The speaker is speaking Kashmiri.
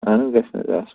اہن حظ گژھہِ نَہ حظ